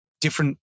different